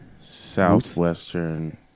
Southwestern